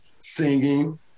singing